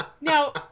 Now